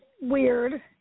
weird